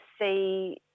see